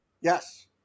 Yes